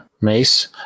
Mace